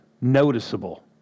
noticeable